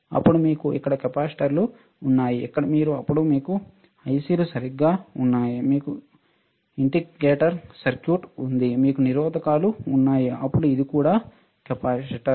అప్పుడు మీకు ఇక్కడ కెపాసిటర్లు ఉన్నాయి ఇక్కడ మీరు అప్పుడు మీకు ఐసిలు సరిగ్గా ఉన్నాయి మీకు ఇండికేటర్ సర్క్యూట్ ఉంది మీకు నిరోధకాలు ఉన్నాయి అప్పుడు ఇది కూడా కెపాసిటర్